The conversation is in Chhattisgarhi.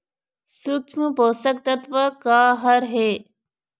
सूक्ष्म पोषक तत्व का हर हे?